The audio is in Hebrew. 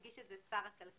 הגיש את זה שר הכלכלה,